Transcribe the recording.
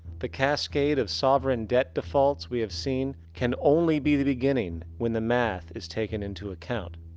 the cascade of sovereign debt defaults we have seen can only be the beginning, when the math is taken into account.